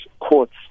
courts